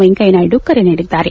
ವೆಂಕಯ್ಯನಾಯ್ದು ಕರೆ ನೀಡಿದ್ದಾರೆ